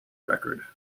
record